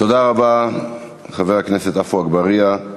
תודה רבה, חבר הכנסת עפו אגבאריה.